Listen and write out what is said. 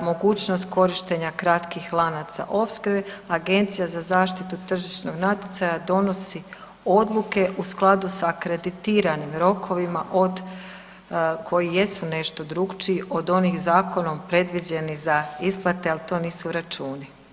mogućnost korištenja kratkih lanaca opskrbe, Agencija za zaštitu tržišnog natjecanja donosi odluke u skladu sa akreditiranim rokovima od, koji jesu nešto drukčiji, od onih zakonom predviđenih za isplate, al to nisu računi.